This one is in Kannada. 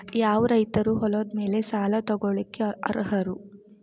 ಯಾವ ರೈತರು ಹೊಲದ ಮೇಲೆ ಸಾಲ ತಗೊಳ್ಳೋಕೆ ಅರ್ಹರು?